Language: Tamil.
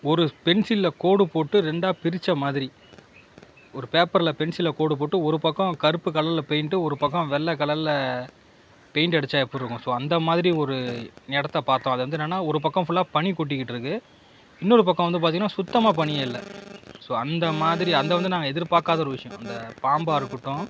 ஒரு பென்சிலும் கோடு போட்டு ரெண்டாக பிரித்த மாதிரி ஒரு பேப்பரில் பென்சிலில் கோடு போட்டு ஒரு பக்கம் கருப்பு கலரில் பெயிண்ட்டு ஒரு பக்கம் வெள்ளை கலரில் பெயிண்ட் அடிச்சால் எப்படி இருக்கும் ஸோ அந்த மாதிரி ஒரு இடத்த பார்த்தோம் அதுவந்து என்னென்னா ஒரு பக்கம் ஃபுல்லாக பனி கொட்டிக்கிட்டு இருக்குது இன்னொரு பக்கம் வந்து பார்த்தீங்கன்னா சுத்தமாக பனியே இல்லை ஸோ அந்த மாதிரி அது வந்து நாங்கள் எதிர்பார்க்காத ஒரு விஷயம் அந்த பாம்பாக இருக்கட்டும்